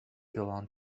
belong